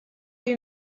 lui